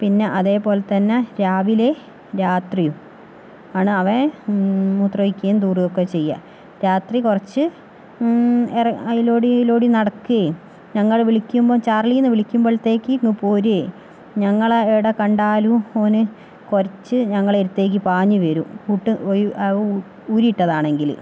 പിന്നെ അതേപോലെ തന്നെ രാവിലെ രാത്രിയും ആണ് അവൻ മൂത്രമൊഴിക്കെയും തൂറുകയും ഒക്കെ ചെയ്യുക രാത്രി കുറച്ച് ഇറങ്ങി അതിലൂടെയും ഇതിലൂടെയും നടക്കുകയും ഞങ്ങള് വിളിക്കുമ്പോൾ ചാർളീ എന്ന് വിളിക്കുമ്പോൾത്തേക്ക് ഇങ്ങ് പോരുകയും ഞങ്ങളെ എവിടെ കണ്ടാലും ഓന് കുരച്ചു ഞങ്ങളുടെ അടുത്തേക്ക് പാഞ്ഞ് വരും ഊട്ട് ഊരി ഇട്ടതാണെങ്കില്